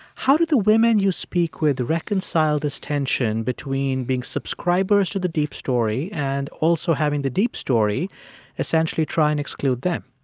how did the women you speak with reconcile this tension between being subscribers to the deep story and also having the deep story essentially trying to exclude them?